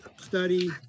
Study